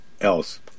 else